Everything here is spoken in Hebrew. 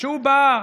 שהוא בא,